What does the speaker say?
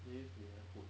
they used to be very hood